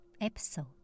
episode